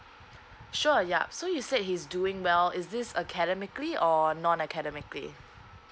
sure yup so you said he's doing well is this academically or non academically